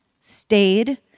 stayed